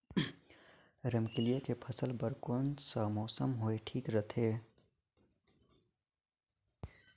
रमकेलिया के फसल बार कोन सा मौसम हवे ठीक रथे?